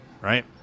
right